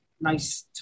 Nice